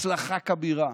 הצלחה כבירה,